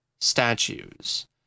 statues